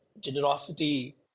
generosity